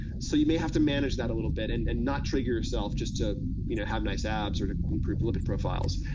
so you may have to manage that a little bit and and not trigger yourself just to you know have nice abs or to improve lipid profiles.